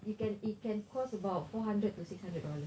you can it can cost about four hundred to six hundred dollars